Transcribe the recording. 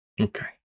okay